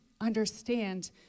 understand